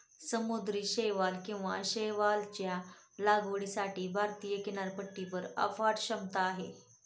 समुद्री शैवाल किंवा शैवालच्या लागवडीसाठी भारतीय किनारपट्टीवर अफाट क्षमता आहे